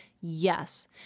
Yes